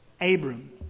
Abram